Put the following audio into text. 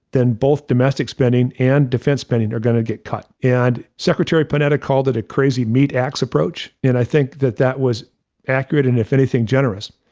then both domestic spending and defense spending are going to get cut. and secretary panetta called it a crazy meat axe approach. and i think that that was accurate, and if anything, generous.